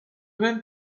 même